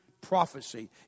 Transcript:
prophecy